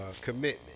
commitment